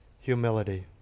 Humility